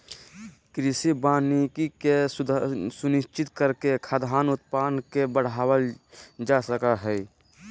कृषि वानिकी के सुनिश्चित करके खाद्यान उत्पादन के बढ़ावल जा सक हई